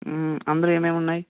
అందులో ఏం ఏం ఉన్నాయి